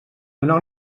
donar